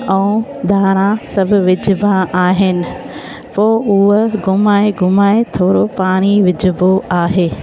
ऐं धाणा सभ विझिबा आहिनि पोइ उहा घुमाए घुमाए थोरो पाणी विझिबो आहे